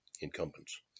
incumbents